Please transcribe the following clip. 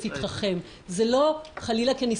זו עבירה מאוד רחבה,